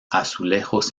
azulejos